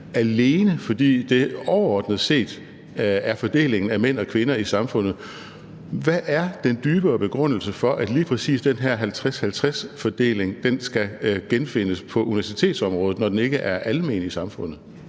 alene fordi det overordnet set er fordelingen af mænd og kvinder i samfundet? Hvad er den dybere begrundelse for, at lige præcis den her 50-50-fordeling skal genfindes på universitetsområdet, når den ikke er almen i samfundet?